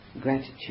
gratitude